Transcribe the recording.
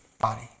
body